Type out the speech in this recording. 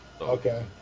Okay